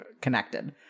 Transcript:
connected